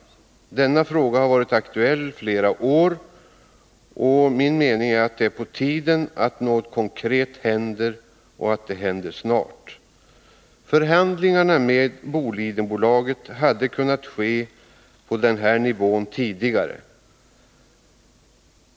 Denna fråga har varit aktuell i flera år, och enligt min mening är det på tiden att något konkret händer och att det händer snart. Förhandlingarna med Bolidenbolaget hade kunnat ske på den här nivån tidigare.